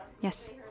yes